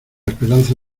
esperanza